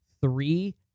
three